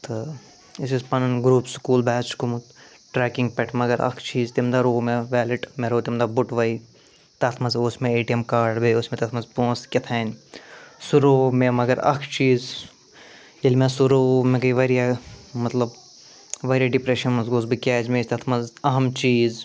تہٕ أسۍ ٲسۍ پَنُن گرٛوپ سُکوٗل بیچ گوٚمُت ٹرٛیٚکِنٛگ پٮ۪ٹھ مگر اَکھ چیٖز تَمہِ دۄہ روو مےٚ ویٚلٹ مےٚ روو تَمہِ دۄہ بٔٹؤے تَتھ منٛز اوس مےٚ اے ٹی ایٚم کارڈ بیٚیہِ اوس مےٚ تَتھ منٛز پونٛسہٕ کیٚہتٲنۍ سُہ روو مےٚ مگر اَکھ چیٖز ییٚلہِ مےٚ سُہ روو مےٚ گٔے واریاہ مطلب واریاہ ڈِپرَشنَس منٛز گوس بہٕ کیٛازِ مےٚ ٲسۍ تَتھ منٛز أہَم چیٖز